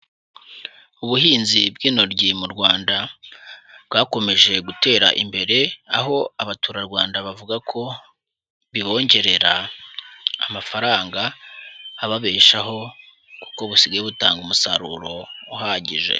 Ubuhinzi bw'intoryi mu Rwanda bwakomeje gutera imbere, aho abaturarwanda bavuga ko bibongerera amafaranga ababeshaho kuko busigaye butanga umusaruro uhagije.